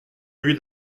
lui